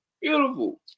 Beautiful